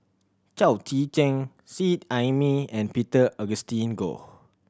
Chao Tzee Cheng Seet Ai Mee and Peter Augustine Goh